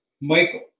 Michael